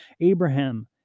Abraham